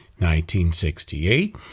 1968